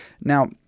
Now